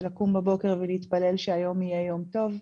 זה לקום בבוקר ולהתפלל שהיום יהיה יום טוב.